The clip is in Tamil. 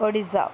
ஒடிசா